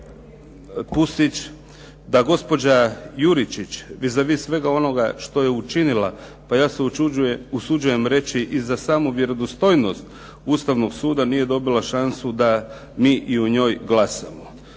Pusić da gospođa Juričić vis a vis svega onoga što je učinila pa ja se usuđujem reći i za samu vjerodostojnost Ustavnog suda nije dobila šansu da mi i o njoj glasamo.